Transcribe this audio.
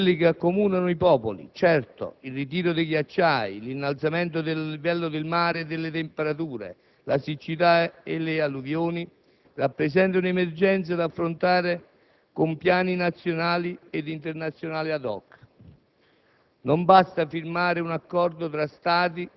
La questione ambiente è problema grosso, di quelli che accomunano i popoli. Certo, il ritiro dei ghiacciai, l'innalzamento del livello del mare e delle temperature, la siccità e le alluvioni rappresentano emergenze da affrontare con piani nazionali ed internazionali *ad hoc*.